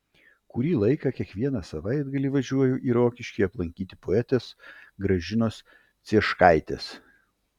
kurį laiką kiekvieną savaitgalį važiuoju į rokiškį aplankyti poetės gražinos cieškaitės